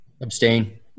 Abstain